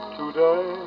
today